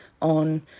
on